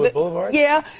but boulevard? yeah,